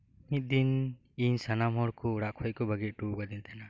ᱢᱤᱫ ᱫᱤᱱ ᱤᱧ ᱥᱟᱱᱟᱢ ᱦᱚᱲᱠᱩ ᱚᱲᱟᱜ ᱨᱮᱠᱩ ᱵᱟᱹᱜᱤ ᱩᱴᱩ ᱟᱠᱟᱫᱤᱧ ᱛᱟᱦᱮᱱᱟ